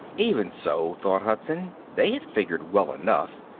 even so, thought hudson, they had figured well enough.